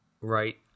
right